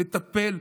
תטפל.